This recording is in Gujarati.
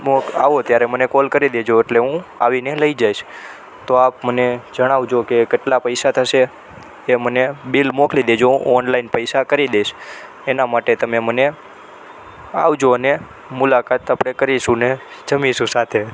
આવો ત્યારે મને કોલ કરી દેજો એટલે હું આવીને લઈ જઈશ તો આપ મને જણાવજો કે કેટલા પૈસા થશે એ મને બિલ મોકલી દેજો હું ઓનલાઈન પૈસા કરી દઇશ એના માટે તમે મને આવજો અને મુલાકાત આપણે કરીશું અને જમશું સાથે